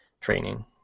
training